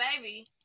baby